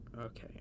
okay